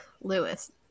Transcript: lewis